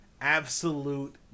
absolute